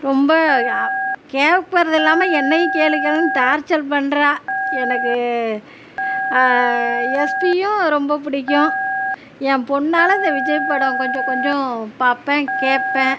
ரொம்ப கேக்கிறது இல்லாமல் என்னையும் கேளு கேளுனு டார்ச்சர் பண்றாள் எனக்கு எஸ்பியும் ரொம்ப பிடிக்கும் என் பொண்ணால் இந்த விஜய் படம் கொஞ்சம் கொஞ்சம் பார்ப்பேன் கேட்பேன்